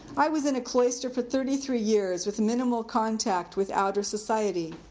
i was in a cloister for thirty three years with minimal contact with outer society.